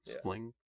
sling